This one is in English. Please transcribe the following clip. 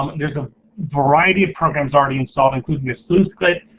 um and there's a variety of programs already installed, including the sleuth kit,